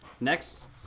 Next